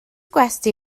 gwesty